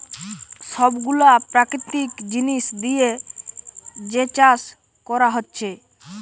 সব গুলা প্রাকৃতিক জিনিস দিয়ে যে চাষ কোরা হচ্ছে